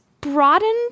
broadened